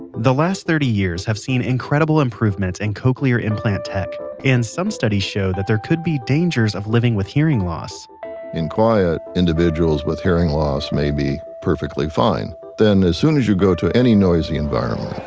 the last thirty years have seen incredible improvements in and cochlear implant tech. and some studies show that there could be dangers of living with hearing loss in quiet, individuals with hearing loss may be perfectly fine. then as soon as you go to any noisy environment,